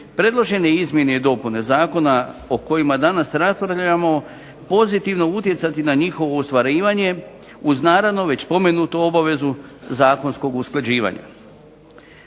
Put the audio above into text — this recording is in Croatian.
predložene izmjene i dopune zakona o kojima danas raspravljamo pozitivno utjecati na njihovo ostvarivanje, uz naravno već spomenutu obavezu zakonskog usklađivanja.